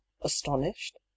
astonished